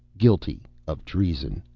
guilty of treason.